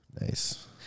Nice